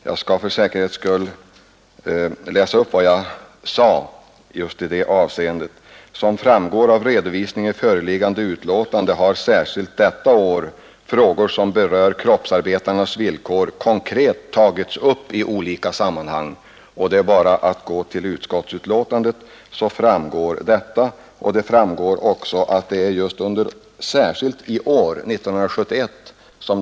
Jag skall för säkerhets skull läsa upp vad jag sade i det avseendet: ”Som framgår av redovisningen i föreliggande betänkande har särskilt detta år frågor som berör kroppsarbetarnas villkor konkret tagits upp i olika sammanhang.” Jag kan också erinra om att arbetsmiljöutredningen tillsattes år 1970.